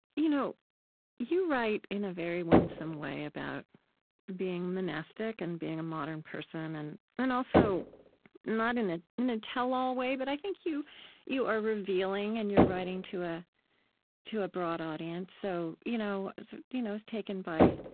you know you write in a very winsome way about being monastic and being a modern person and and also not in a in a tell-all way, but i think you you are revealing, and you're writing to a to a broad audience. so, you know so you know it's taken by